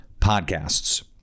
podcasts